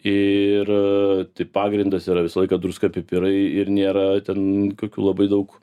ir tai pagrindas yra visą laiką druska pipirai ir nėra ten kokių labai daug